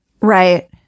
Right